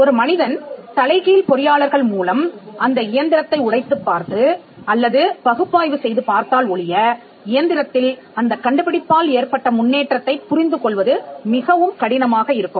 ஒரு மனிதன் தலைகீழ் பொறியாளர்கள் மூலம் அந்த இயந்திரத்தை உடைத்து பார்த்து அல்லது பகுப்பாய்வு செய்து பார்த்தால் ஒழிய இயந்திரத்தில் அந்தக் கண்டுபிடிப்பால் ஏற்பட்ட முன்னேற்றத்தைப் புரிந்து கொள்வது மிகவும் கடினமாக இருக்கும்